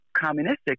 Communistic